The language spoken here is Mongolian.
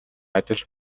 адил